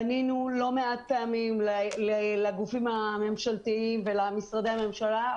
פנינו לא מעט פעמים לגופים הממשלתיים ולמשרדי הממשלה,